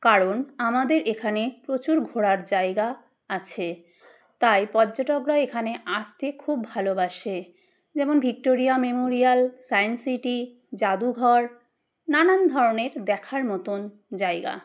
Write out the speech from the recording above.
কারণ আমাদের এখানে প্রচুর ঘোরার জায়গা আছে তাই পর্যটকরা এখানে আসতে খুব ভালোবাসে যেমন ভিক্টোরিয়া মেমোরিয়াল সায়েন্স সিটি জাদুঘর নানান ধরনের দেখার মতন জায়গা